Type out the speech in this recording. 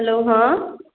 hello हँ